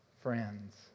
friends